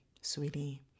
sweetie